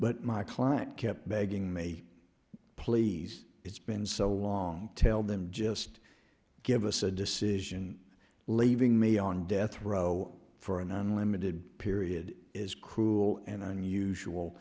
but my client kept begging me please it's been so long tell them just give us a decision leaving me on death row for an unlimited period is cruel and unusual